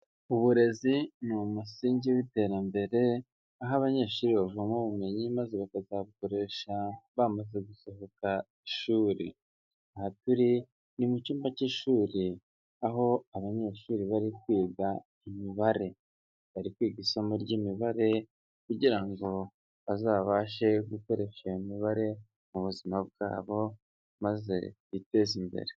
Uburezi ni umusingi w'iterambere aho abanyeshuri bavoma ubumenyi maze bakazabukoresha bamaze gusohoka ishuri. Aha turi ni mu cyumba cy'ishuri aho abanyeshuri bari kwiga Imibare, bari kwiga isomo ry'Imibare kugira ngo bazabashe gukoresha iyo mibare mu buzima bwabo maze biteze imbere.